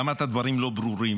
אמרת דברים לא ברורים,